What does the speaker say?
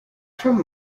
from